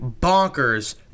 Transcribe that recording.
bonkers